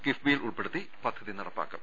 കിഫ്ബിയിൽ ഉൾപ്പെടുത്തി പദ്ധതി നടപ്പാക്കും